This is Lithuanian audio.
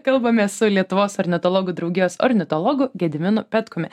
kalbamės su lietuvos ornitologų draugijos ornitologu gediminu petkumi